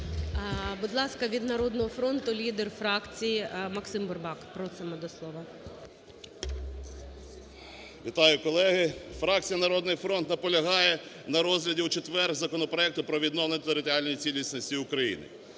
Будь ласка, від "Народного фронту" лідер фракції Максим Бурбак. Просимо до слова. 10:21:55 БУРБАК М.Ю. Вітаю, колеги! Фракція "Народний фронт" наполягає на розгляді у четвер законопроекту про відновлення територіальної цілісності України.